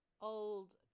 old